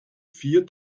vier